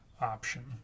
option